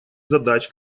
задач